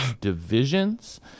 divisions